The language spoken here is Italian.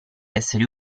esseri